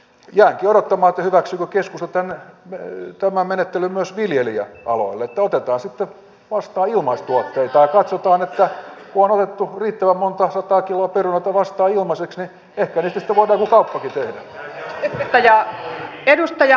jäänkin odottamaan hyväksyykö keskusta tämän menettelyn myös viljelijäaloilla että otetaan sitten vastaan ilmaistuotteita ja katsotaan että kun on otettu riittävän monta sataa kiloa perunoita vastaan ilmaiseksi niin ehkä niistä sitten voidaan joku kauppakin tehdä